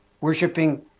worshipping